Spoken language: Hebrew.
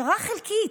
קרה חלקית.